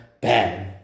BAM